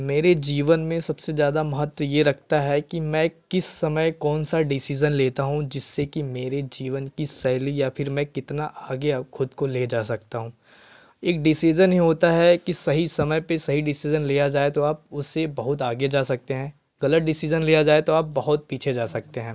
मेरे जीवन में सबसे ज़्यादा महत्व ये रखता है कि मैं किस समय कौन सा डिसीज़न लेता हूँ जिससे की मेरे जीवन की शैली या फिर मैं कितना आगे खुद को ले जा सकता हूँ एक डिसीज़न ही होता है कि सही समय पे सही डिसीज़न लिया जाए तो आप उससे बहुत आगे जा सकते हैं गलत डिसीज़न लिया जाए तो आप बहुत पीछे जा सकते हैं